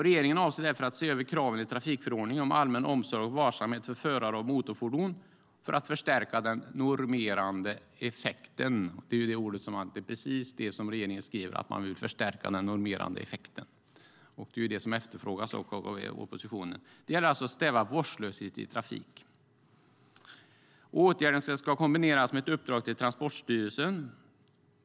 Regeringen avser därför att se över kraven i trafikförordningen om allmän omsorg och varsamhet för förare av motorfordon för att förstärka den normerande effekten. Det är precis vad regeringen skriver, nämligen att man vill förstärka den normerande effekten. Det efterfrågas av oppositionen. Det gäller att stävja vårdslöshet i trafik. Åtgärden ska kombineras med ett uppdrag till Transportstyrelsen.